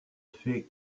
fait